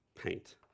paint